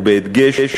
ובהדגש,